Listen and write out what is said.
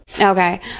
Okay